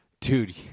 dude